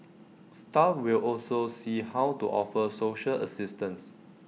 staff will also see how to offer social assistance